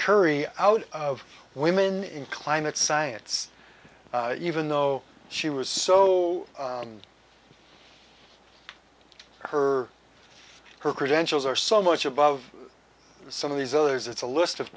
curry out of women in climate science even though she was so and her her credentials are so much above some of these others it's a list of